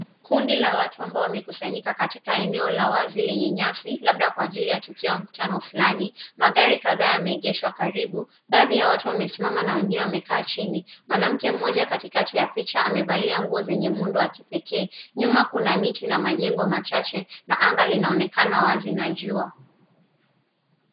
Kundi la watu ambao wamekusanyika katika eneo la wazi lenye nyasi, labda kwa ajili ya tukio wa mkutano fulani. Magari kadhaa yameegeshwa karibu, baadhi ya watu wamesimama na wengine wamekaa chini. Mwanamke mmoja katikati ya picha amevalia nguo zenye muundo wa kipekee. Nyuma kuna miti na majengo machache na anga linaonekana wazi na jua.